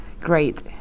great